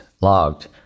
logged